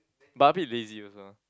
but a bit lazy also ah